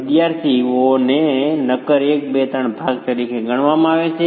વિદ્યાર્થી આને નક્કર 1 2 અને 3 ભાગ તરીકે ગણવામાં આવે છે